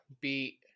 beat